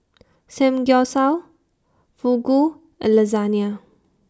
Samgyeopsal Fugu and Lasagna